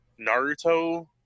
naruto